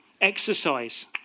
exercise